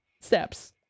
steps